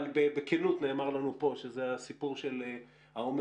אבל בכנות נאמר לנו פה שזה הסיפור של העומס